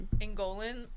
Angolan